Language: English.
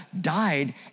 died